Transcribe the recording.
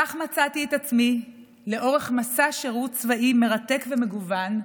כך מצאתי את עצמי לאורך מסע שירות צבאי מרתק ומגוון,